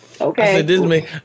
okay